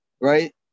Right